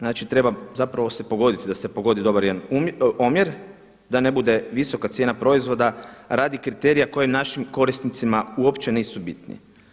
Znači treba zapravo se pogoditi da se pogodi dobar jedan omjer, da ne bude visoka cijena proizvoda radi kriterija koji našim korisnicima uopće nisu bitni.